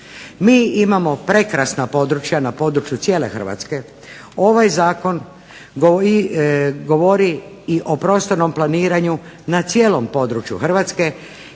Mi imamo prekrasna područja na području cijele Hrvatske. Ovaj zakon govori i o prostornom planiranju na cijelom području Hrvatske